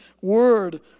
word